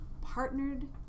partnered